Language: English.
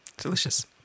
Delicious